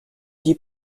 dis